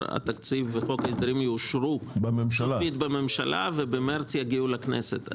התקציב וחוק ההסדרים יאושרו סופית בממשלה ובמרץ יגיעו לכנסת.